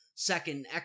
Second